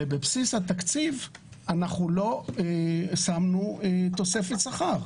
ובבסיס התקציב לא שמנו תוספת שכר.